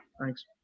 Thanks